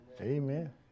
amen